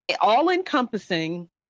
all-encompassing